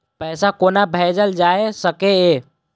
पैसा कोना भैजल जाय सके ये